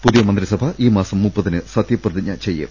പുതിയ മന്ത്രിസഭ ഈമാസം ദാന് സത്യപ്രതിജ്ഞ ചെയ്യും